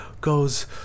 goes